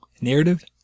Narrative